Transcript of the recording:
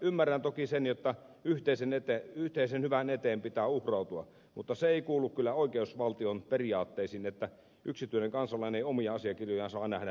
ymmärrän toki sen että yhteisen hyvän eteen pitää uhrautua mutta se ei kuulu kyllä oikeusvaltion periaatteisiin että yksityinen kansalainen ei omia asiakirjojaan saa nähdä missään vaiheessa